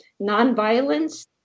nonviolence